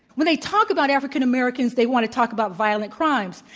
when they talk about african americans, they want to talk about violent crimes.